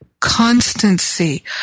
Constancy